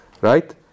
right